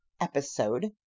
episode